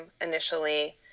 initially